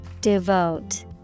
Devote